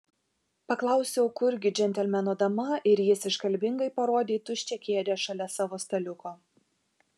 paklausiau kur gi džentelmeno dama ir jis iškalbingai parodė į tuščią kėdę šalia savo staliuko